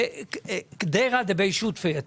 אתה